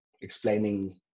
explaining